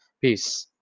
Peace